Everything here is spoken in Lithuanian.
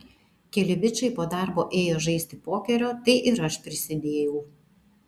keli bičai po darbo ėjo žaisti pokerio tai ir aš prisidėjau